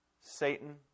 Satan